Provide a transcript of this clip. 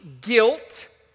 guilt